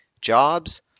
jobs